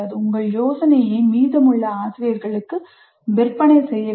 உங்கள் யோசனையை மீதமுள்ள ஆசிரியர்களுக்கு விற்பனை செய்ய வேண்டும்